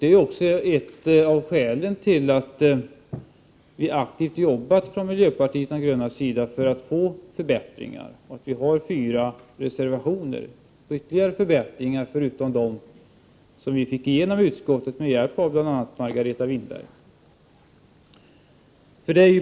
Det är också ett av skälen till att miljöpartiet de gröna aktivt arbetat för att få förbättringar och till att vi har fyra reservationer med förslag till förbättringar utöver dem vi fick igenom i utskottet med hjälp av bl.a. Margareta Winberg.